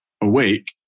awake